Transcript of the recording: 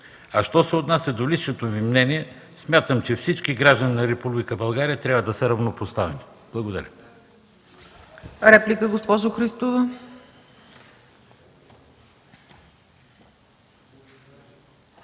Що се отнася до личното ми мнение смятам, че всички граждани на Република България трябва да са равнопоставени. Благодаря.